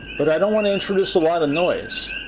but i don't want to introduce a lot of noise.